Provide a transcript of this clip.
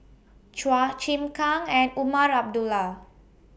Chua Chim Kang and Umar Abdullah